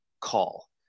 Call